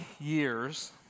years